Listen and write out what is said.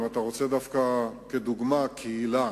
אם אתה רוצה דווקא כדוגמה קהילה,